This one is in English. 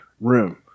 Room